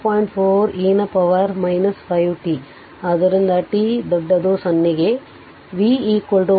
4 e ನ power 5 t ಆದ್ದರಿಂದ t 0 ಗೆ V 1